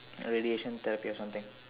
radiation therapy or something